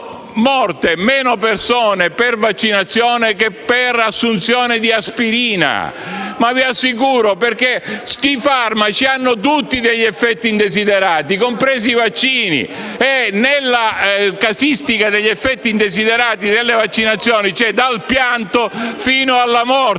meno persone per vaccinazione che per assunzione di aspirina. *(Applausi dal Gruppo PD).* Ve lo assicuro. I farmaci hanno tutti degli effetti indesiderati, compresi i vaccini, e nella casistica degli effetti indesiderati delle vaccinazioni si va dal pianto fino alla morte